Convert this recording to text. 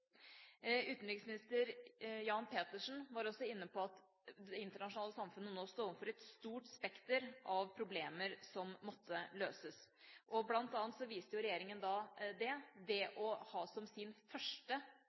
utenriksminister, Jan Petersen, var også inne på at det internasjonale samfunnet nå sto overfor et stort spekter av problemer som måtte løses. Blant annet viste regjeringa det ved å ha som sitt første